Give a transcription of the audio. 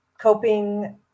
coping